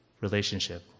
relationship